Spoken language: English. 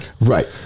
Right